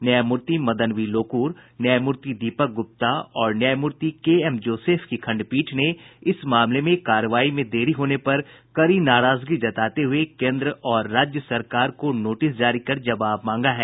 न्यायमूर्ति मदन बी लोकुर न्यायमूर्ति दीपक गुप्ता और न्यायमूति केएमजोसेफ की खंडपीठ ने इस मामले में कार्रवाई में देरी होने पर कड़ी नाराजगी जताते हुए केन्द्र और राज्य सरकार को नोटिस जारी कर जवाब मांगा है